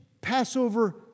Passover